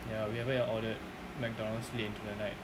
ya we haven't had ordered McDonald's in the night